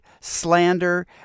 slander